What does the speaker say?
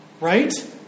Right